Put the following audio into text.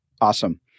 awesome